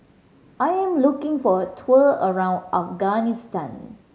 I am looking for a tour around Afghanistan